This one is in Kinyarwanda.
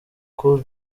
uko